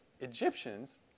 Egyptians